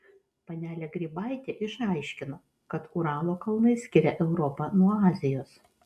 panelė grybaitė išaiškino kad uralo kalnai skiria europą nuo azijos